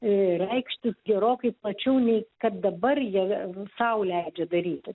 reikšti gerokai plačiau nei kad dabar jie vėl sau leidžia daryti